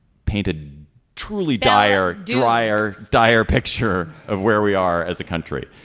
painted truly dire dreier dire picture of where we are as a country.